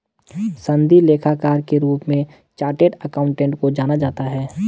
सनदी लेखाकार के रूप में चार्टेड अकाउंटेंट को जाना जाता है